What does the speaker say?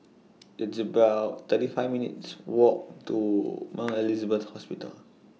It's about thirty five minutes' Walk to Mount Elizabeth Hospital